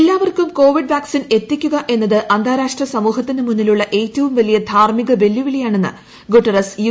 എല്ലാവർക്കും Covid vaccine എത്തിക്കുക എന്നത് അന്താരാഷ്ട്ര സമൂഹത്തിന് മുന്നിലുള്ള ഏറ്റവും വലിയ ധാർമ്മിക വെല്ലുവിളിയാണെന്ന് ഗുട്ടറസ് യു